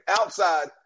Outside